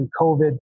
COVID